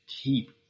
keep